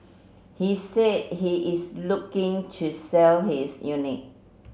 he said he is looking to sell his unit